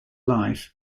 life